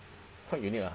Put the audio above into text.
quite unique ah